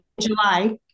July